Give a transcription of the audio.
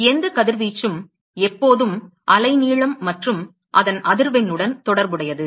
எனவே எந்த கதிர்வீச்சும் எப்போதும் அலைநீளம் மற்றும் அதன் அதிர்வெண்ணுடன் தொடர்புடையது